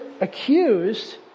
accused